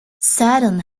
seddon